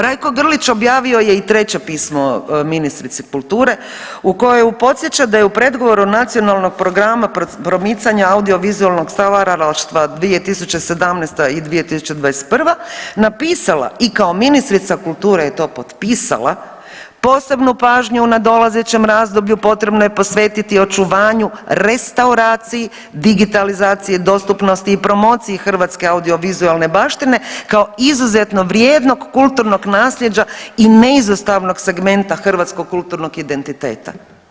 Rajko Grlić objavio je i treće pismo ministrici kulture u kojoj je podsjeća da je u predgovoru Nacionalnog programa promicanja audiovizualnog stvaralaštva 2017. i 2021. napisala i kao ministrica kulture je to potpisala, posebnu pažnju u nadolazećem razdoblju potrebno je posvetiti očuvanju restauraciji, digitalizaciji, dostupnosti i promociji hrvatske audiovizualne baštine kao izuzetno vrijednog kulturnog nasljeđa i neizostavnog segmenta hrvatskog kulturnog identiteta.